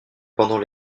pendant